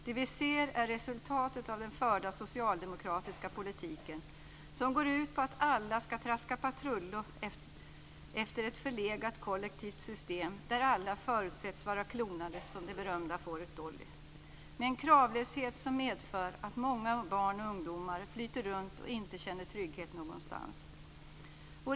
Det vi ser är resultatet av den förda socialdemokratiska politiken som går ut på alla ska traska patrull efter ett förlegat kollektivt system där alla förutsätts vara klonade som det berömda fåret Dolly. Kravlösheten medför att många barn och ungdomar flyter runt utan att känna trygghet någonstans.